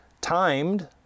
timed